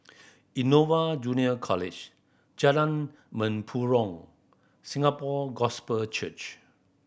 Innova Junior College Jalan Mempurong Singapore Gospel Church